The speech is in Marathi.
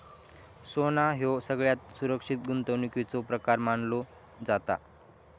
सोना ह्यो सगळ्यात सुरक्षित गुंतवणुकीचो प्रकार मानलो जाता